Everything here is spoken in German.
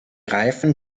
reifen